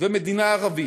ומדינה ערבית.